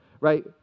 right